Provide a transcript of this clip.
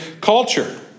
culture